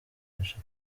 afasha